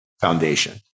Foundation